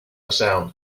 sound